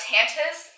Tantas